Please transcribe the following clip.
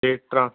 ਅਤੇ ਟਰਾਂਸਪੋਰਟ